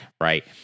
Right